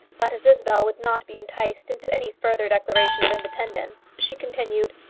but as isabel would not be enticed into any further declaration of independence, she continued,